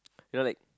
you know like